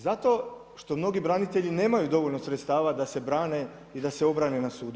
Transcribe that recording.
Zato što mnogi branitelji nemaju dovoljno sredstava da se brane i da se obrane na sudu.